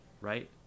right